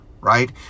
right